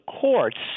courts